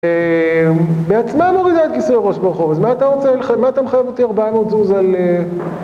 בעצמה מורידה את כיסוי הראש ברחוב, אז מה אתה רוצה? מה אתה מחייב אותי 400 זוז על...